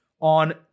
on